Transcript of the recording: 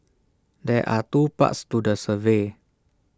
there are two parts to the survey